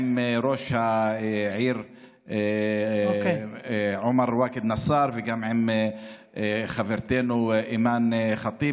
עם ראש העיר עומר ואכד נסאר וגם עם חברתנו אימאן ח'טיב,